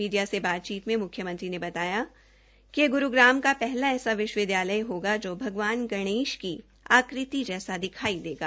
media से बातचीत मे मुख्यमंत्री ने बताया कि यह ग्रूग्राम का पहला ऐसा विश्वविदयालय होगा जो भगवान गणेश की आकृति जैसा दिखाई देगा